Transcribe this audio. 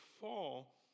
fall